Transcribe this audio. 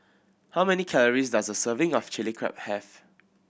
how many calories does a serving of Chili Crab have